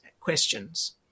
questions